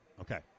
Okay